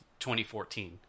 2014